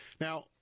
Now